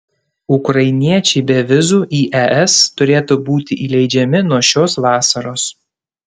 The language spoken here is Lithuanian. ukrainiečiai be vizų į es turėtų būti įleidžiami nuo šios vasaros